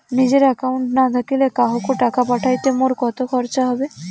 নিজের একাউন্ট না থাকিলে কাহকো টাকা পাঠাইতে মোর কতো খরচা হবে?